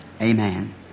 amen